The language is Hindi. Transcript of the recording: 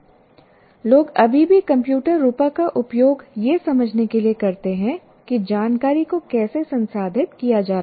लोग अभी भी कंप्यूटर रूपक का उपयोग यह समझाने के लिए करते हैं कि जानकारी को कैसे संसाधित किया जा रहा है